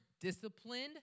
disciplined